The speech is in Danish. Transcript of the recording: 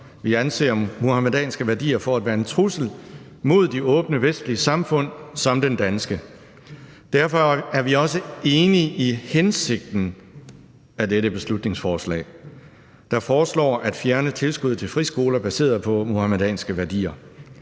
Vi anser muhamedanske værdier for at være en trussel mod åbne vestlige samfund som det danske. Derfor er vi også enige i hensigten med dette beslutningsforslag, der foreslår at fjerne tilskuddet til friskoler baseret på muhamedanske værdier.